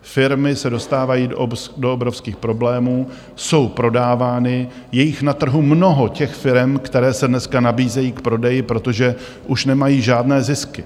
Firmy se dostávají do obrovských problémů, jsou prodávány je jich na trhu mnoho, těch firem, které se dneska nabízejí k prodeji, protože už nemají žádné zisky.